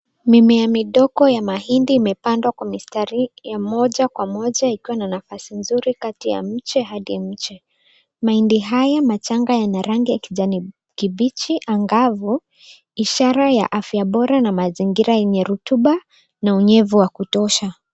Mimea midogo ya mahindi imepandwa kwa mistari ya moja kwa moja ikiwa na nafasi nzuri katika ya mche hadi mche. Mahindi haya machanga yana rangi ya kijani kibichi angavu ishara ya afya bora na mazingira yenye rutuba na unyevu wa kutosha.